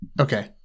Okay